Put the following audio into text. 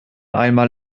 einmal